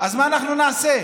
אז מה אנחנו נעשה?